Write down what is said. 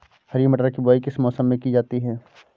हरी मटर की बुवाई किस मौसम में की जाती है?